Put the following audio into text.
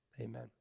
Amen